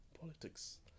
politics